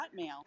Hotmail